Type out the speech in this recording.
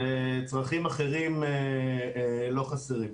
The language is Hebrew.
וצרכים אחרים לא חסרים.